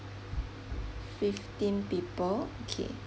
fifteen people okay